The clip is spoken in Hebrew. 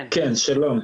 שלום.